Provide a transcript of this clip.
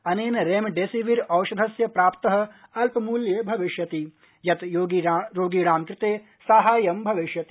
अनेन रेमडेसिविर औषधस्य प्राप्तिः अपल्पमूल्ये भविष्यति यत् रोगीणां कृते साहाय्यं भविष्यति